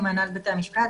אני מהנהלת בתי המשפט,